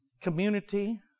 community